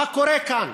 מה קורה כאן?